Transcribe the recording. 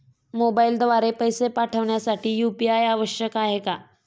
मोबाईलद्वारे पैसे पाठवण्यासाठी यू.पी.आय आवश्यक आहे का?